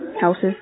Houses